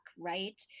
right